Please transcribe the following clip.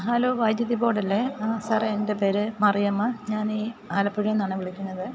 hello വൈദ്യുതി ബോഡല്ലേ സാറേ എൻ്റെ പേര് മറിയമ്മ ഞാനീ ആലപ്പുഴേന്നാണ് വിളിക്കണത്